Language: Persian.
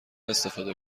استفاده